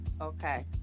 okay